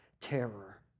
terror